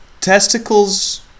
Testicles